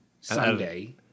Sunday